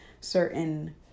certain